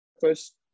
first